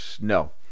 no